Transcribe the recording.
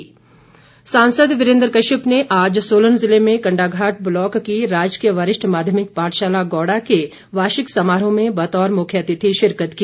वीरेन्द्र कश्यप सांसद वीरेंद्र कश्यप आज सोलन जिले में कंडाघाट ब्लॉक के राजकीय वरिष्ठ माध्यमिक पाठशाला गौड़ा के वार्षिक समारोह में बतौर मुख्यातिथि शिरकत की